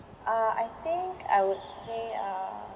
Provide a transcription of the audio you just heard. uh I think I would say uh